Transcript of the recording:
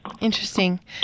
Interesting